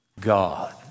God